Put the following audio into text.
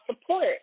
support